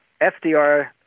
FDR